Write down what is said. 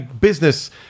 business